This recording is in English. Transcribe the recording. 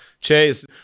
Chase